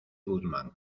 guzmán